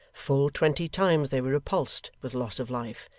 full twenty times they were repulsed with loss of life,